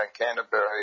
Canterbury